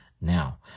Now